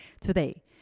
today